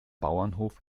bauernhof